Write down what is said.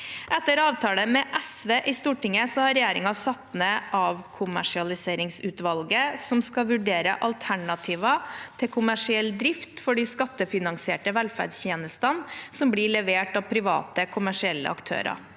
Etter avtale med SV i Stortinget har regjeringen satt ned avkommersialiseringsutvalget, som skal vurdere alternativer til kommersiell drift for de skattefinansierte velferdstjenestene som blir levert av private kommersielle aktører.